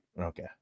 Okay